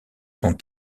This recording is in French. son